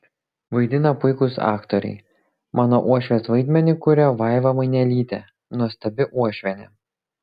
vaidina puikūs aktoriai mano uošvės vaidmenį kuria vaiva mainelytė nuostabi uošvienė